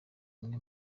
umwe